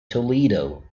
toledo